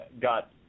got